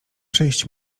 przyjść